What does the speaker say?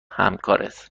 همکارت